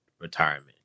retirement